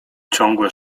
ciągłe